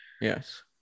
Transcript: Yes